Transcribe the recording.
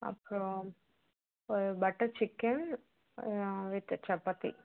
அப்புறம் ஒரு butter chicken with chapati